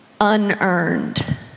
unearned